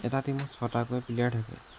এটা টীমত ছটাকৈ প্লেয়াৰ থাকে